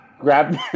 Grab